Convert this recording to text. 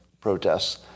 protests